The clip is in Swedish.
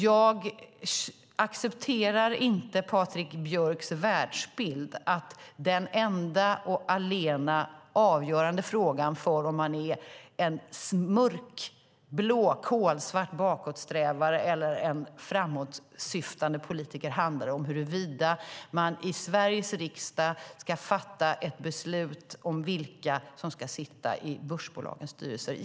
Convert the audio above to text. Jag accepterar dock inte Patrik Björcks världsbild att den enda och allena avgörande frågan för om man är en mörkblå - kolsvart - bakåtsträvare eller framåtsyftande politiker handlar om huruvida man i Sveriges riksdag ska fatta ett beslut om vilka som ska sitta i börsbolagens styrelser.